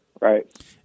Right